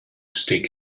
stick